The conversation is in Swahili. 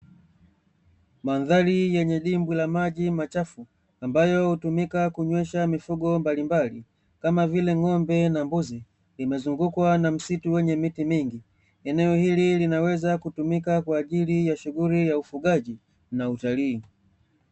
Mandhari yenye dimbwi la maji machafu, ambayo hutumika kunywesha mifugo mbalimbali kama vile ng'ombe na mbuzi. Limezungukwa na msitu wenye miti mingi. Eneo hili linaweza kutumika kwa ajili ya shughuli ya ufugaji na utalii.